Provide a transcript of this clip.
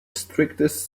strictest